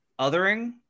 othering